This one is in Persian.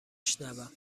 شنوم